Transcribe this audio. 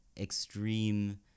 extreme